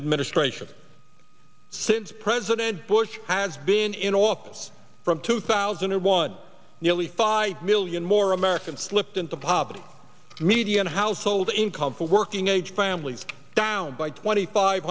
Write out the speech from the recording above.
administration since president bush has been in office from two thousand and one nearly five million more americans slipped into poverty median household income for working age families down by twenty five